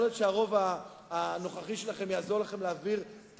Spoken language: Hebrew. יכול להיות שהרוב הנוכחי שלכם יעזור לכם להעביר את